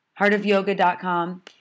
Heartofyoga.com